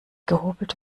gehobelt